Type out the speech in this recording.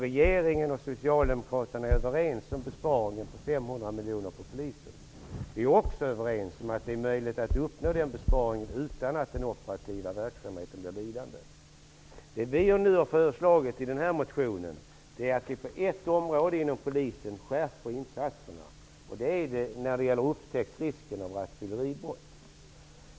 Regeringen och Socialdemokraterna är överens om bespraringar på 500 miljoner inom Polisen. Vi är också överens om att det är möjligt att uppnå den besparingen utan att den operativa verksamheten blir lidande. Det vi har föreslagit i den här motionen är att vi på ett av polisens verksamhetsområden skärper insatserna, och det gäller polisens möjligheter att upptäcka rattfylleribrott.